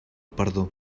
perdó